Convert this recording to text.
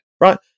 right